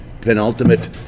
penultimate